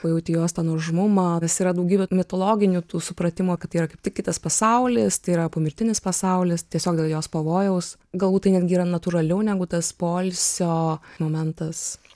pajauti jos tą nuožmumą nes yra daugybė mitologinių tų supratimų kad yra kaip tik kitas pasaulis tai yra pomirtinis pasaulis tiesiog dėl jos pavojaus galbūt tai netgi yra natūraliau negu tas poilsio momentas